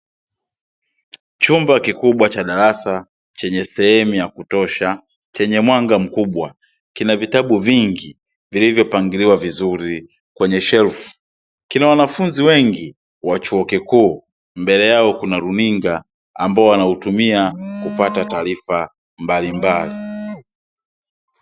Chumba kikubwa cha darasa, chenye sehemu ya kutosha, chenye mwanga mkubwa, kina vitabu vingi, vilivyopangiliwa vizuri kwenye shelfu, kina wanafunzi wengi wa chuo kikuu, mbele yao kuna luninga ambao wanautumia kupata taarifa mbalimbali.